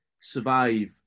survive